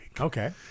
Okay